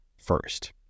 first